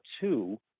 two